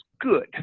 good